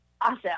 Awesome